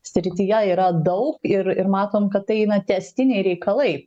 srityje yra daug ir ir matom kad tai na tęstiniai reikalai